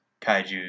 kaiju